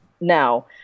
now